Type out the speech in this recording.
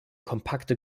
kompakte